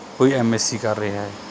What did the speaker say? ਕੋਈ M S C ਕਰ ਰਿਹਾ ਹੈ